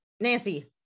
Nancy